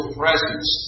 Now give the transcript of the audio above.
presence